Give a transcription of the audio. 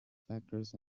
factors